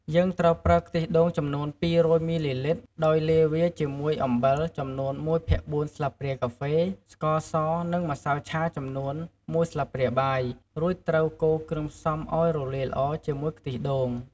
យើងត្រូវប្រើខ្ទិះដូងចំនួន ២០០មីលីលីត្រ ដោយលាយវាជាមួយអំបិល ចំនួន ១ភាគ៤ ស្លាបព្រាកាហ្វេ ស្ករស និងម្សៅឆាចំនួន មួយស្លាបព្រាបាយ រួចត្រូវកូរគ្រឿងផ្សំឱ្យរលាយល្អជាមួយខ្ទិះដូង។